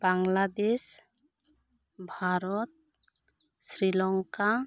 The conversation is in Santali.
ᱵᱟᱝᱞᱟᱫᱮᱥ ᱵᱷᱟᱨᱚᱛ ᱥᱨᱤᱞᱚᱝᱠᱟ